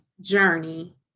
journey